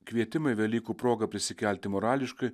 kvietimai velykų proga prisikelti morališkai